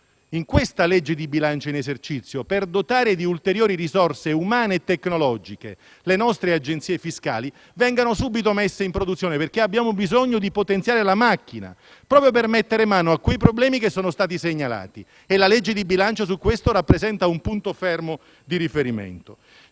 nella legge di bilancio in esercizio, per dotare di ulteriori risorse umane e tecnologiche le nostre agenzie fiscali, vengano subito messi in produzione, perché abbiamo bisogno di potenziare la macchina, proprio per mettere mano ai problemi che sono stati segnalati, e la legge di bilancio a tale proposito rappresenta un punto fermo di riferimento.